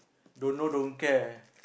don't know don't care